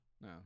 no